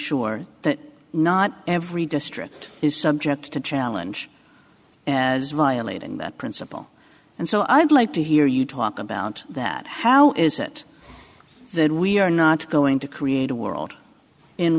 sure that not every district is subject to challenge as violating that principle and so i'd like to hear you talk about that how is it that we are not going to create a world in